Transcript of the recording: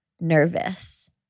nervous